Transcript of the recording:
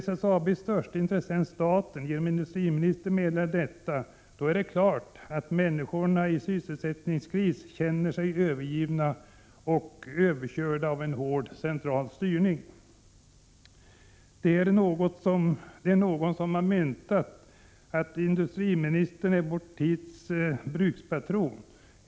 detta, är det klart att människorna i sysselsättningskris känner sig övergivna och överkörda av en hård central styrning. Någon har myntat uttrycket att industriministern är vår tids brukspatron.